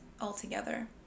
altogether